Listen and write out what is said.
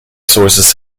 sources